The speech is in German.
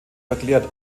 erklärt